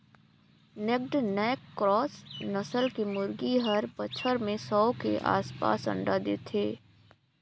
naked neck cross नसल के मुरगी हर बच्छर में सौ के आसपास अंडा देथे